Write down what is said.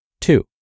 Two